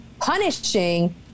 Punishing